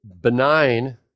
benign